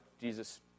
Jesus